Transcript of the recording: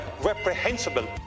reprehensible